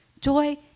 Joy